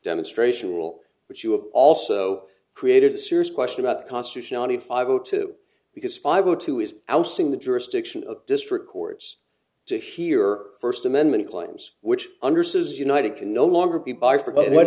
demonstration rule but you have also created a serious question about the constitutionality of five o two because spybot too is ousting the jurisdiction of district courts to hear first amendment claims which under says united can no longer be buy for